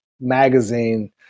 magazine